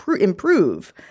improve